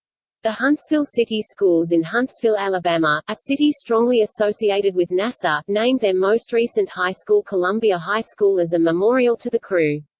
the huntsville city schools in huntsville, alabama, a city strongly associated with nasa, named their most recent high school columbia high school as a memorial to the crew.